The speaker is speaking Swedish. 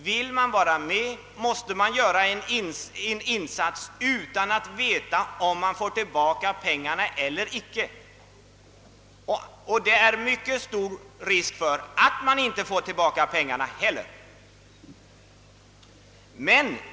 Vill vi vara med, måste vi göra en insats utan att veta om vi får tillbaka pengarna eller inte — och det är mycket stor risk för att man inte får tillbaka pengarna.